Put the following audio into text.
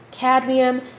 cadmium